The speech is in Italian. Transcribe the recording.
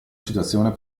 situazione